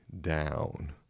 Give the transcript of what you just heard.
down